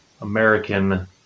American